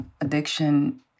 addiction